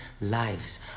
lives